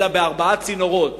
אלא בארבעה צינורות